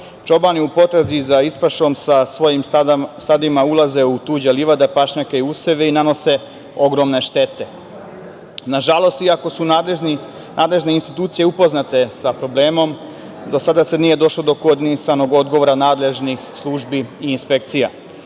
Čobani u potrazi za ispašom sa svojim stadima ulaze u tuđe livade, pašnjake i useve i nanose ogromne štete. Nažalost, iako su nadležne institucije upoznate sa problemom, do sada se nije došlo do koordinisanog odgovora nadležnih službi i inspekcija.